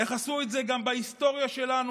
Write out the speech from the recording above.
איך עשו את זה גם בהיסטוריה שלנו?